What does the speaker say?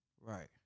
Right